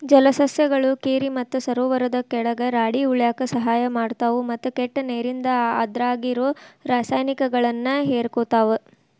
ಜಲಸಸ್ಯಗಳು ಕೆರಿ ಮತ್ತ ಸರೋವರದ ಕೆಳಗ ರಾಡಿ ಉಳ್ಯಾಕ ಸಹಾಯ ಮಾಡ್ತಾವು, ಮತ್ತ ಕೆಟ್ಟ ನೇರಿಂದ ಅದ್ರಾಗಿರೋ ರಾಸಾಯನಿಕಗಳನ್ನ ಹೇರಕೋತಾವ